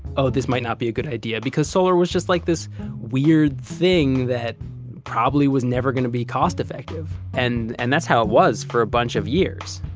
oh, this might not be a good idea because solar was just like this weird thing that probably was never going to be cost effective. and and that's how it was for a bunch of years,